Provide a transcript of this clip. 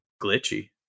glitchy